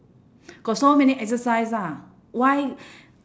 got so many exercise ah why